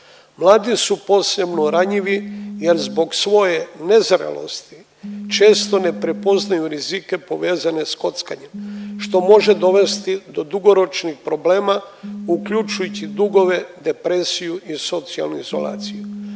Mladi su posebno ranjivi, jer zbog svoje nezrelosti često ne prepoznaju rizike povezane sa kockanjem što može dovesti do dugoročnih problema uključujući dugove, depresiju i socijalnu izolaciju.